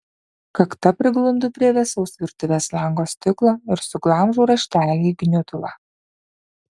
kakta priglundu prie vėsaus virtuvės lango stiklo ir suglamžau raštelį į gniutulą